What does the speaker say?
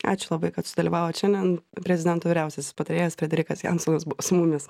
ačiū labai kad sudalyvavot šiandien prezidento vyriausiasis patarėjas frederikas jansonas buvo su mumis